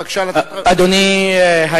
בבקשה, נא להצביע.